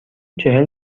چهل